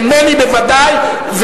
ממני בוודאי,